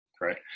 Right